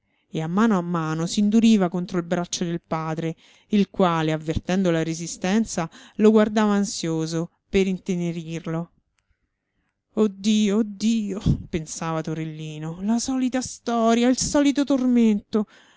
e a mano a mano s'induriva contro il braccio del padre il quale avvertendo la resistenza lo guardava ansioso per intenerirlo oh dio oh dio pensava torellino la solita storia il solito tormento